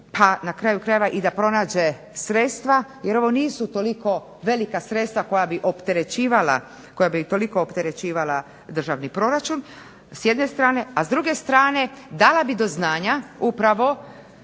pa na kraju krajeva i da pronađe sredstva jer ovo nisu toliko velika sredstva koja bi opterećivala, koja bi toliko opterećivala državni proračun s jedne strane. A s druge strane dala bi do znanja upravo